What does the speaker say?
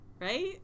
Right